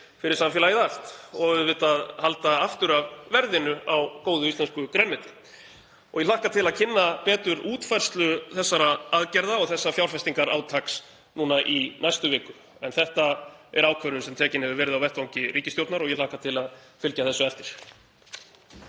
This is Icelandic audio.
fyrir samfélagið allt og auðvitað halda aftur af verðinu á góðu íslensku grænmeti. Ég hlakka til að kynna betur útfærslu þessara aðgerða og þessa fjárfestingarátaks í næstu viku. Þetta er ákvörðun sem tekin hefur verið á vettvangi ríkisstjórnar og ég hlakka til að fylgja þessu eftir.